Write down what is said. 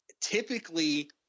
Typically